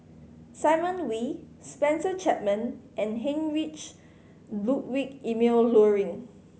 Simon Wee Spencer Chapman and Heinrich Ludwig Emil Luering